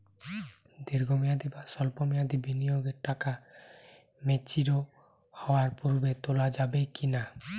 দীর্ঘ মেয়াদি বা সল্প মেয়াদি বিনিয়োগের টাকা ম্যাচিওর হওয়ার পূর্বে তোলা যাবে কি না?